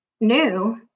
new